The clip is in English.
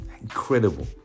Incredible